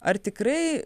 ar tikrai